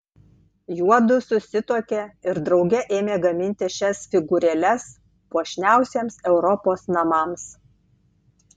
juodu susituokė ir drauge ėmė gaminti šias figūrėles puošniausiems europos namams